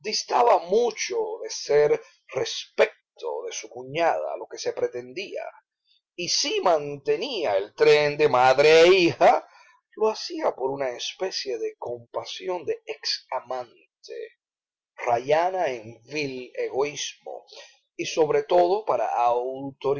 distaba mucho de ser respecto de su cuñada lo que se pretendía y si mantenía el tren de madre e hija lo hacía por una especie de compasión de ex amante rayana en vil egoísmo y sobre todo para autorizar los